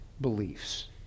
beliefs